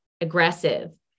aggressive